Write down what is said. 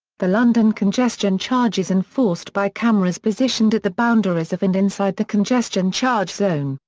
the london congestion charge is enforced by cameras positioned at the boundaries of and inside the congestion charge zone,